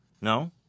No